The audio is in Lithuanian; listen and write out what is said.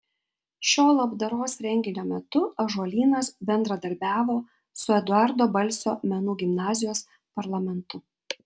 šio labdaros renginio metu ąžuolynas bendradarbiavo su eduardo balsio menų gimnazijos parlamentu